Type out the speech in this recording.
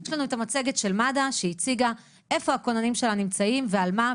יש לנו את המצגת של מד"א שהציגה איפה הכוננים שלה נמצאים ועל מה,